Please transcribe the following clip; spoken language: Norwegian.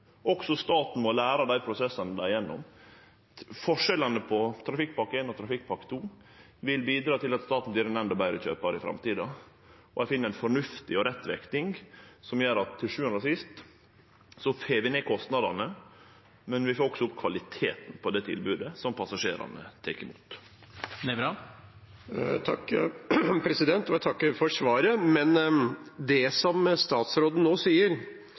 Også staten må lære av dei prosessane dei er gjennom. Forskjellane på Trafikkpakke 1 og Trafikkpakke 2 vil bidra til at staten vert ein endå betre kjøpar i framtida, og at ein finn ei fornuftig og rett vekting som gjer at vi til sjuande og sist får ned kostnadene, men også får opp kvaliteten på det tilbodet som passasjerane tek imot. Jeg takker for svaret. Med det som statsråden nå